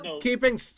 Keeping